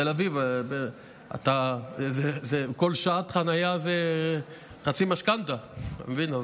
בתל אביב כל שעת חניה זה חצי משכנתה, אתה מבין?